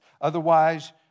Otherwise